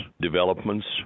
developments